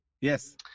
Yes